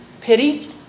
Pity